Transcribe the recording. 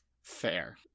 Fair